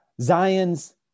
Zion's